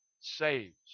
saves